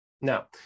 now